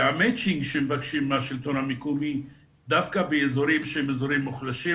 והמצ'ינג שמבקשים מהשלטון המקומי דווקא באזורים שהם אזורים מוחלשים,